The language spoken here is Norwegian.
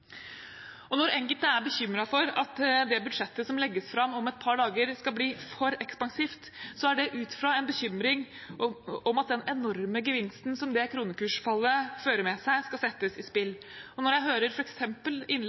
fastlandsindustrien. Når enkelte er bekymret for at det budsjettet som legges fram om et par dager, skal bli for ekspansivt, er det ut fra en bekymring for at den enorme gevinsten som det kronekursfallet fører med seg, skal settes i spill. Når jeg hører